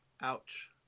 Ouch